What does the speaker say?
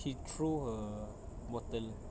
she threw her bottle